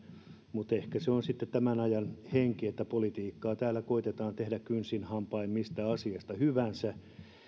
ehkä se on sitten tämän ajan henki että politiikkaa täällä koetetaan tehdä kynsin hampain mistä asiasta hyvänsä